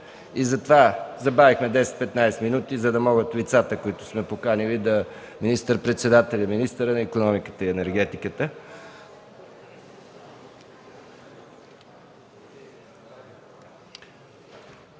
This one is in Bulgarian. съвет. Забавихме се 10-15 мин., за да могат лицата, които сме поканили – министър-председателя и министъра на икономиката, енергетиката